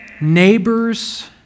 neighbors